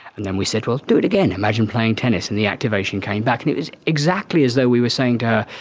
and then we said, do it again, imagine playing tennis and the activation came back. and it was exactly as though we were saying to her,